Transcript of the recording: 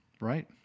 right